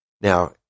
Now